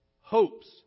hopes